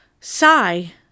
sigh